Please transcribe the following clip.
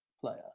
player